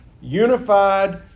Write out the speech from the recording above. unified